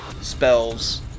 spells